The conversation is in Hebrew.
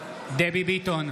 דבי ביטון,